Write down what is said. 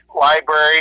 library